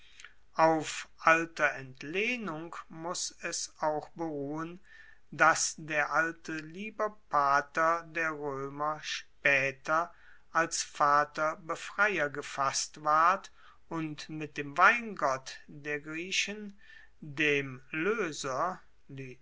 auf alter entlehnung muss es auch beruhen dass der alte liber pater der roemer spaeter als vater befreier gefasst ward und mit dem weingott der griechen dem loeser